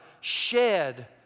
shed